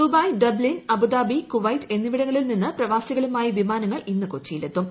Dubai Dublin Abu Dhabi Kuwait എന്നിവിടങ്ങളിൽ നിന്ന് പ്രവാസികളുമായി വിമാനങ്ങൾ ഇന്ന് കൊച്ചിയിലെത്തും